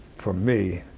for me,